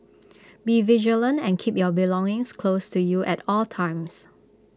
be vigilant and keep your belongings close to you at all times